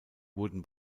wurden